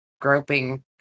groping